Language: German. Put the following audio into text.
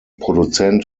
produzent